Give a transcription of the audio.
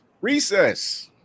Recess